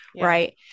Right